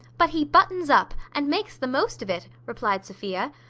but he buttons up, and makes the most of it, replied sophia.